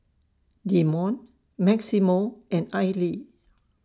Demond Maximo and Aili